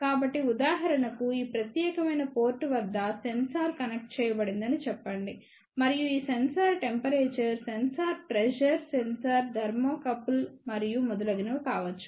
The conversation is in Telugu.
కాబట్టి ఉదాహరణకు ఈ ప్రత్యేకమైన పోర్టు వద్ద సెన్సార్ కనెక్ట్ చేయబడిందని చెప్పండి మరియు ఈ sensor temperature sensor pressure sensor thermocouple మరియు మొదలైనవి కావచ్చు